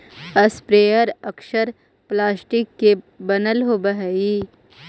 sprayer अक्सर plastic के बनल होवऽ हई